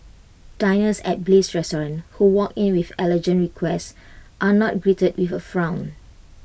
diners at bliss restaurant who walk in with allergen requests are not greeted with A frown